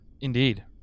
indeed